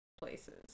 places